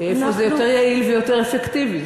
איפה זה יותר יעיל ויותר אפקטיבי.